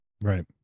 Right